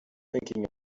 thinking